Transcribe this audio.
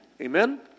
Amen